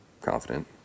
confident